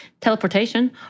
teleportation